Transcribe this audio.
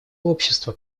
общество